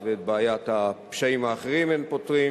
ואת בעיית הפשעים האחרים אין פותרים.